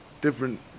different